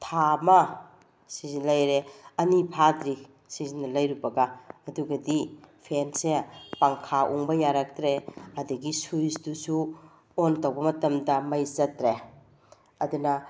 ꯊꯥ ꯑꯃ ꯁꯤꯁꯤ ꯂꯩꯔꯦ ꯑꯅꯤ ꯐꯥꯗ꯭ꯔꯤ ꯁꯤꯁꯤꯅ ꯂꯩꯔꯨꯕꯒ ꯑꯗꯨꯒꯗꯤ ꯐꯦꯟꯁꯦ ꯄꯪꯈꯥ ꯎꯡꯕ ꯌꯥꯔꯛꯇ꯭ꯔꯦ ꯑꯗꯒꯤ ꯁ꯭ꯋꯤꯁꯇꯨꯁꯨ ꯑꯣꯟ ꯇꯧꯕ ꯃꯇꯝꯗ ꯃꯩ ꯆꯠꯇ꯭ꯔꯦ ꯑꯗꯨꯅ